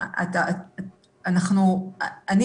אוקיי,